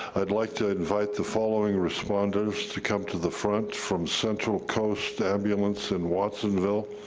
i'd like to invite the following responders to come to the front from central coast ambulance in watsonville,